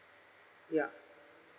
ya